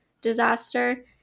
disaster